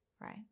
right